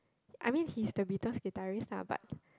I mean he is the middle retirees lah but